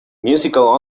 musical